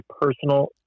personal